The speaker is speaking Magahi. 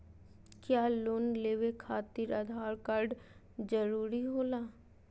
क्या लोन लेवे खातिर आधार कार्ड जरूरी होला?